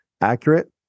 accurate